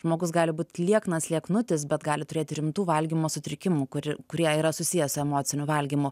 žmogus gali būt lieknas lieknutis bet gali turėti rimtų valgymo sutrikimų kur kurie yra susiję su emociniu valgymu